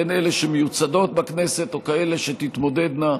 אלה שמיוצגות בכנסת או כאלה שתתמודדנה,